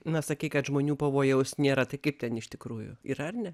na sakei kad žmonių pavojaus nėra tai kaip ten iš tikrųjų yra ar ne